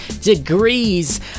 degrees